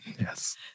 Yes